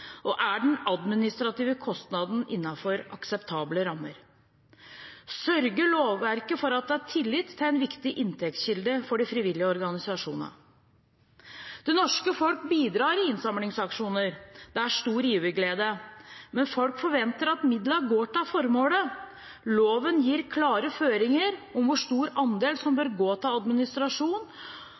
og er den administrative kostnaden innenfor akseptable rammer? Sørger lovverket for at det er tillit til en viktig inntektskilde for de frivillige organisasjonene? Det norske folk bidrar i innsamlingsaksjoner, det er stor giverglede. Men folk forventer at midlene går til formålet. Loven gir klare føringer om hvor stor andel som bør gå til administrasjon,